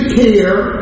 care